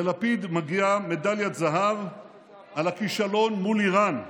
ללפיד מגיעה מדלית זהב על הכישלון מול איראן.